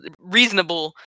reasonable